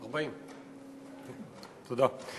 תודה לך.